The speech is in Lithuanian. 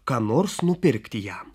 ką nors nupirkti jam